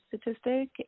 statistic